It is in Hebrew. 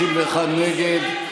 61 נגד,